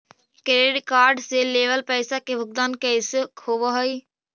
Credit card से लेवल पैसा के भुगतान कैसे होव हइ?